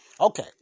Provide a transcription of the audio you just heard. okay